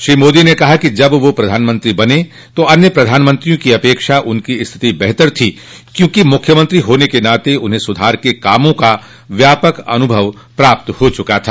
श्री मोदी ने कहा कि जब वे प्रधानमंत्री बने तो अन्य प्रधानमंत्रियों की अपेक्षा उनकी स्थिति बेहतर थी क्योंकि मुख्यमंत्री होने के नाते उन्हें सुधार के कामों का व्यापक अनुभव प्राप्त हो चुका था